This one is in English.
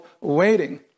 waiting